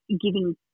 giving